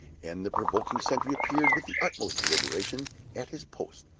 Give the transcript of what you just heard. and the provoking sentry appeared with the utmost deliberation at his post,